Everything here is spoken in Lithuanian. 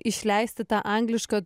išleisti tą anglišką